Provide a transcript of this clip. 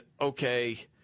okay